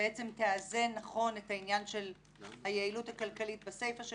תאזן נכון את העניין של היעילות הכלכלית בסיפא של